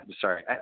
sorry